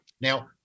now